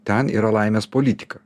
ten yra laimės politika